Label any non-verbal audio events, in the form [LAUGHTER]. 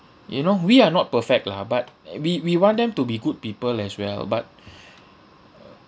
you know we are not perfect lah but uh we we want them to be good people as well but [BREATH]